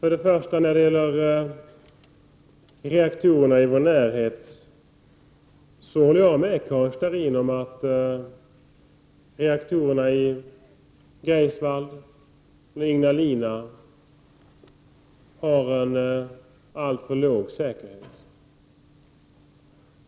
Herr talman! Jag håller med Karin Starrin om att reaktorerna i vår närhet, Greifswald och Ignalina, har en alltför låg säkerhet.